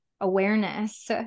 awareness